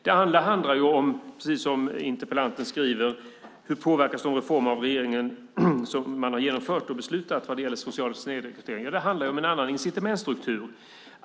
Det handlar också, precis som interpellanten skriver, om hur de reformer regeringen har beslutat om och genomfört när det gäller social snedrekrytering påverkas. Det handlar om en annan incitamentsstruktur.